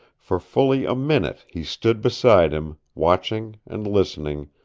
for fully a minute he stood beside him, watching and listening,